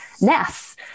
ness